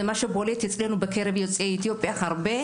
זה מה שבולט אצלנו הרבה בקרב יוצאי אתיופיה.